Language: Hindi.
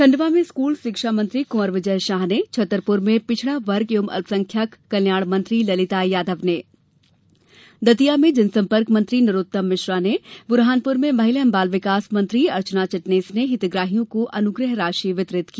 खंडवा में स्कूल शिक्षा मंत्री विजय शाह ने छतरपुर में पिछडा वर्ग एवं अल्प संख्यक कल्याणमंत्री ललिता यादव ने दतिया में जनसंपर्क मंत्री नरोत्तम मिश्र बुरहानपुर में महिला बाल विकास अर्चना चिटनिस ने हितग्राहियों को अनुग्रह राशि वितरित की